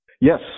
yes